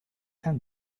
and